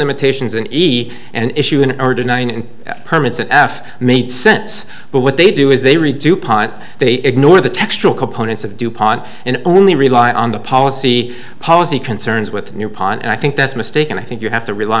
limitations an e and issue an order one and permits an f made sense but what they do is they re dupont they ignore the textual components of dupont and only rely on the policy policy concerns with new pont and i think that's a mistake and i think you have to rely